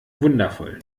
wundervoll